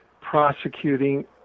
prosecuting